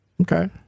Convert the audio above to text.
Okay